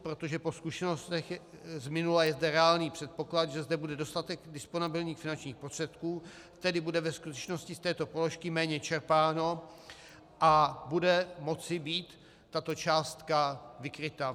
Protože po zkušenostech z minula je reálný předpoklad, že zde bude dostatek disponibilních finančních prostředků, tedy bude ve skutečnosti z této položky méně čerpáno a bude moci být tato částka vykryta.